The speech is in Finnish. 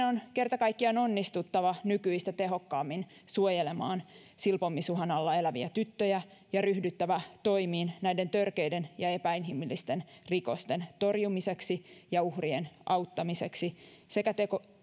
on kerta kaikkiaan onnistuttava nykyistä tehokkaammin suojelemaan silpomisuhan alla eläviä tyttöjä ja ryhdyttävä toimiin näiden törkeiden ja epäinhimillisten rikosten torjumiseksi ja uhrien auttamiseksi sekä